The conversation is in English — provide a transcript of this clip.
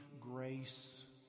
grace